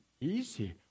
easy